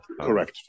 Correct